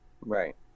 Right